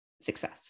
success